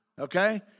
Okay